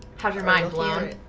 have your mind blown?